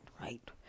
right